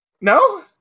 no